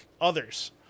others